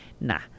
nah